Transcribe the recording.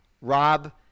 Rob